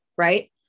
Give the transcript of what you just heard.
right